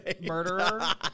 murderer